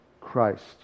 Christ